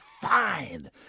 fine